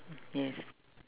yes